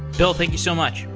bill, thank you so much.